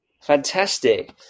Fantastic